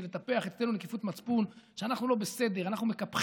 וזה לטפח אצלנו נקיפות מצפון שאנחנו לא בסדר: אנחנו מקפחים,